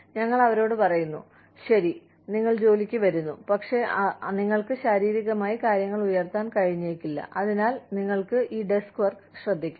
ഞങ്ങൾ അവരോട് പറയുന്നു ശരി നിങ്ങൾ ജോലിക്ക് വരുന്നു പക്ഷേ നിങ്ങൾക്ക് ശാരീരികമായി കാര്യങ്ങൾ ഉയർത്താൻ കഴിഞ്ഞേക്കില്ല അതിനാൽ നിങ്ങൾക്ക് ഈ ഡെസ്ക് വർക്ക് ശ്രദ്ധിക്കാം